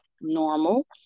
normal